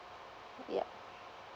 ya